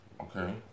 Okay